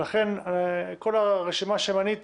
ולכן כל הרשימה שמנית